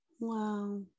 Wow